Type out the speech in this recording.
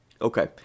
Okay